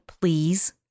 please